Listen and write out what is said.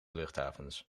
luchthavens